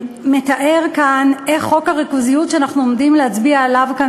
מתאר כאן איך חוק הריכוזיות שאנחנו עומדים להצביע עליו כאן